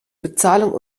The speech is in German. bezahlung